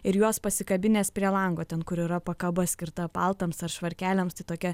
ir juos pasikabinęs prie lango ten kur yra pakaba skirta paltams ar švarkeliams tai tokia